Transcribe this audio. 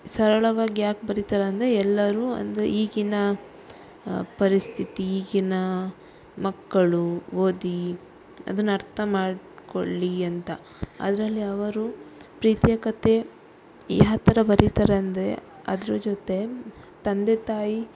ಸರಳವಾಗಿ ಯಾಕೆ ಬರಿತಾರಂದರೆ ಎಲ್ಲರು ಅಂದರೆ ಈಗಿನ ಪರಿಸ್ಥಿತಿ ಈಗಿನ ಮಕ್ಕಳು ಓದಿ ಅದನ್ ಅರ್ಥ ಮಾಡಿಕೊಳ್ಳಿ ಅಂತ ಅದರಲ್ಲಿ ಅವರು ಪ್ರೀತಿಯ ಕಥೆ ಯಾವ ಥರ ಬರೀತಾರೆ ಅಂದರೆ ಅದ್ರ ಜೊತೆ ತಂದೆ ತಾಯಿ